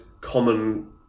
common